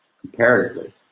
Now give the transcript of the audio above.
comparatively